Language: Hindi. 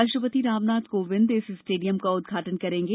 राष्ट्रपति रामनाथ कोविंद इस स्टेडियम का उदघाटन करेंगे